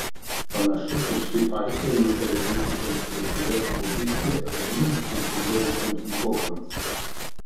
panašu kad ši partija nutarė būti konstruktyvia opozicija abiem konkuruojantiems blokams